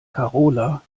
karola